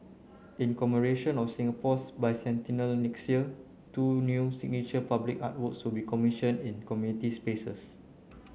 in commemoration of Singapore's Bicentennial next year two new signature public artworks so be commissioned in community spaces